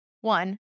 one